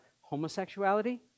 homosexuality